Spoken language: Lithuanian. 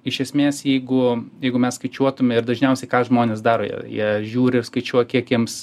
iš esmės jeigu jeigu mes skaičiuotume ir dažniausiai ką žmonės daro jie jie žiūri ir skaičiuoja kiek jiems